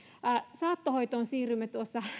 saattohoitoon siirrymme tuossa